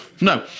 no